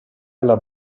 alla